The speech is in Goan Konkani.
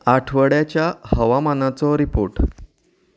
आठवड्याच्या हवामानाचो रिपोर्ट